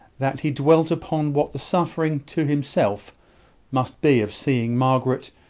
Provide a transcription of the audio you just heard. that he dwelt upon what the suffering to himself must be of seeing margaret,